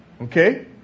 Okay